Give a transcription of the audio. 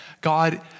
God